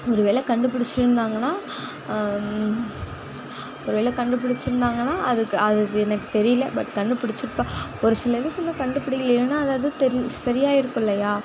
ஒரு வேளை கண்டுப்பிடிச்சிருந்தாங்கன்னா ஒரு வேளை கண்டுப்பிடிச்சிருந்தாங்கன்னா அதுக்கு அது எனக்கு தெரியல பட் கண்டுப்பிடிச்சிட்பா ஒரு சில இதுக்கு இன்னும் கண்டுப்பிடிக்கில ஏன்னா அது அதுக் தெரி சரி ஆயிருக்கும் இல்லையா